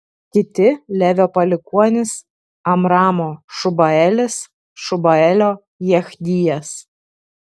kiti levio palikuonys amramo šubaelis šubaelio jechdijas